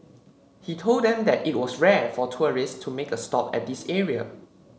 he told them that it was rare for tourists to make a stop at this area